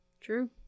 True